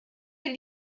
will